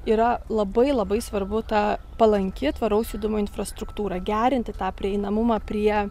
yra labai labai svarbu ta palanki tvaraus judumo infrastruktūra gerinti tą prieinamumą prie